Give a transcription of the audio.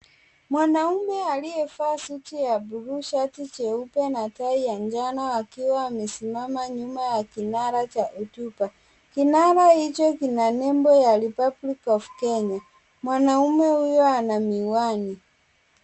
Mwanaume aliyevaa suti ya buluu, shati jeupe na tai ya njano akiwa amesimama nyuma ya kinara cha hotuba, kinara hicho kina nembo ya Republic of Kenya, mwanaume huyu ana miwani.